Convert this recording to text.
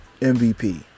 mvp